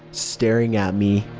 staring at me.